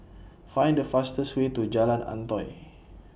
Find The fastest Way to Jalan Antoi